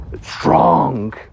strong